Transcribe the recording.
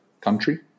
country